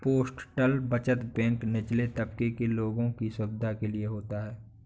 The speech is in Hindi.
पोस्टल बचत बैंक निचले तबके के लोगों की सुविधा के लिए होता है